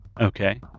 Okay